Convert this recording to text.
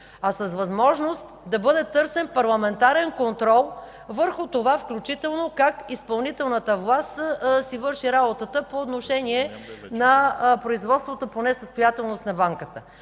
а с възможност да бъде търсен парламентарен контрол върху това, включително как изпълнителната власт си върши работата по отношение на производствата по несъстоятелност на Банката.